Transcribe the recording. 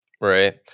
Right